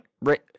right